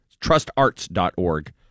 trustarts.org